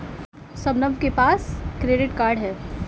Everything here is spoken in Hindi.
शबनम के पास क्रेडिट कार्ड है